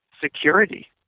security